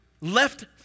left